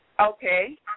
Okay